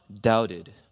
doubted